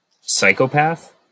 Psychopath